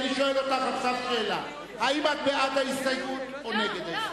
אני שואל אותך עכשיו שאלה: האם את בעד ההסתייגות או נגד ההסתייגות?